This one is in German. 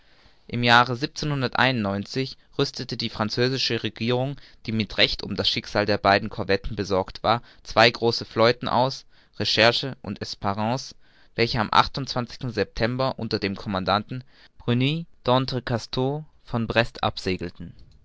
im jahre rüstete die französische regierung die mit recht um das schicksal der beiden corvetten besorgt war zwei große fleuten aus recherche und esprance welche am september unter dem commandanten bruni d'entrecasteaux von brest absegelten